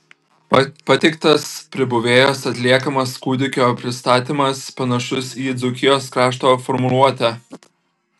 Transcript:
pateiktas pribuvėjos atliekamas kūdikio pristatymas panašus į dzūkijos krašto formuluotę